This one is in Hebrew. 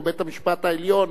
או בית-המשפט העליון,